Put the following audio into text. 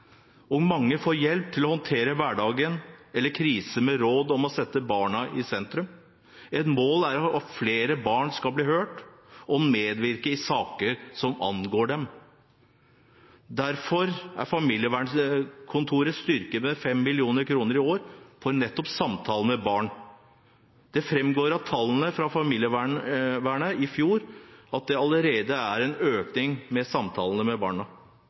nederlag. Mange får hjelp til å håndtere hverdagen eller kriser, med råd om å sette barna i sentrum. Et mål er at flere barn skal bli hørt og medvirke i saker som angår dem. Derfor er familievernkontoret styrket med 5 mill. kr i år, for nettopp samtaler med barn. Det framgår av tallene fra familievernet i fjor at det allerede er en økning i samtaler med